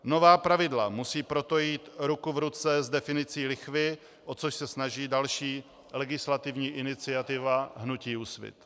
Nová pravidla musí proto jít ruku v ruce s definicí lichvy, o což se snaží další legislativní iniciativa hnutí Úsvit.